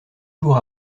jours